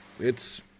It's-